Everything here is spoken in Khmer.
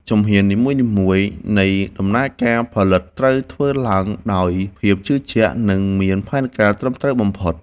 ជំហាននីមួយៗនៃដំណើរការផលិតត្រូវធ្វើឡើងដោយភាពជឿជាក់ និង មានផែនការត្រឹមត្រូវបំផុត។